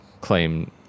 claim